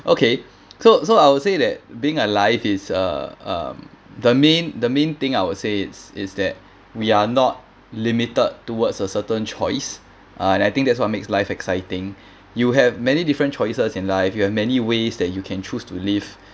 okay so so I would say that being alive is uh um the main the main thing I would say it's is that we are not limited towards a certain choice uh I think that's what makes life exciting you have many different choices in life you have many ways that you can choose to live